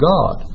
God